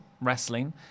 Wrestling